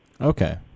Okay